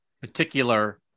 particular